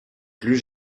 plus